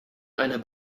einer